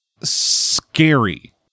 scary